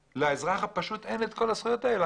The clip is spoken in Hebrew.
לאזרח הפשוט אין את כל הזכויות האלה.